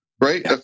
right